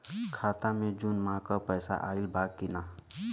खाता मे जून माह क पैसा आईल बा की ना?